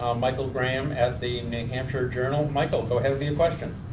um michael graham at the new hampshire journal. michael, go ahead with your question.